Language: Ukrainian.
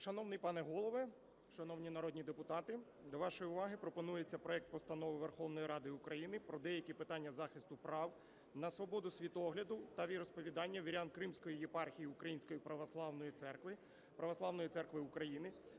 Шановний пане Голово, шановні народні депутати, до вашої уваги пропонується проект Постанови Верховної Ради України про деякі питання захисту права на свободу світогляду та віросповідання вірян Кримської єпархії Української православної церкви